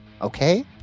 Okay